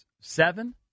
Seven